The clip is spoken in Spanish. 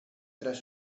tras